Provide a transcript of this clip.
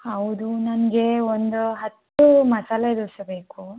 ಹೌದು ನನಗೆ ಒಂದು ಹತ್ತು ಮಸಾಲೆ ದೋಸೆ ಬೇಕು